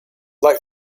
like